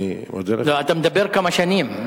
אני עוד, לא, אתה מדבר כמה שנים.